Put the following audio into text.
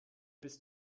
bis